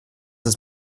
ist